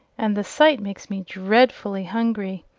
and the sight makes me dreadfully hungry.